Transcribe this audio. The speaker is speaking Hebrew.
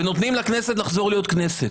ונותנים לכנסת לחזור להיות כנסת.